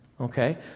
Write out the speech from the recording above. Okay